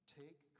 take